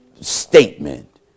statement